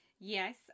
Yes